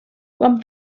quan